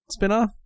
spinoff